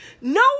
No